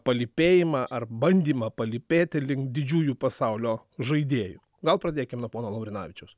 palypėjimą ar bandymą palypėti link didžiųjų pasaulio žaidėjų gal pradėkime pono laurinavičiaus